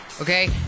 okay